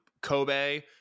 kobe